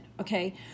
Okay